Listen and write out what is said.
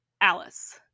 Alice